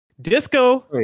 disco